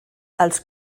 els